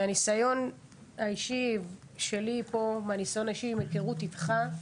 מהניסיון האישי שלי פה ומהיכרות איתך,